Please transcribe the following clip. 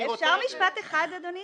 אפשר משפט אחד, אדוני?